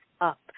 up